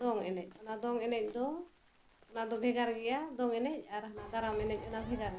ᱫᱚᱝ ᱮᱱᱮᱡ ᱚᱱᱟ ᱫᱚᱝ ᱮᱱᱮᱡ ᱫᱚ ᱚᱱᱟ ᱫᱚ ᱵᱷᱮᱜᱟᱨ ᱜᱮᱭᱟ ᱫᱚᱝ ᱮᱱᱮᱡ ᱟᱨ ᱚᱱᱟ ᱫᱟᱨᱟᱢ ᱮᱱᱮᱡ ᱚᱱᱟ ᱵᱷᱮᱜᱟᱨ ᱜᱮᱭᱟ